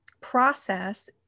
process